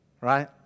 right